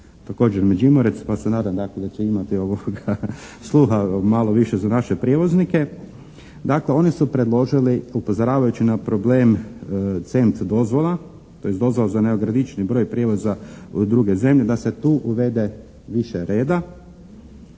također Međimurac pa se nadam da će imati dakle sluha malo više sluha za naše prijevoznike. Dakle, oni su predložili upozoravajući na problem cent dozvola tj. dozvola za neograničeni broj prijevoza u druge zemlje da se tu uvede više reda